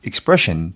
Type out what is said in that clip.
Expression